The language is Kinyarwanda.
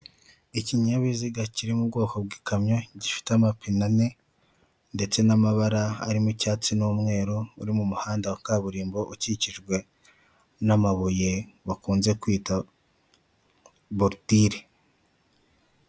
Imodoka yo mu bwoko bwa toyota ihagaze ahantu hamwe ndetse ikaba isa umweru iparitse ahongaho kugira ngo abantu bazikeneye bazikodeshe cyangwa se bazigurishe ndetse hakaba hari n'izindi nkazo byegeranye.